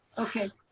okay.